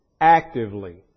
actively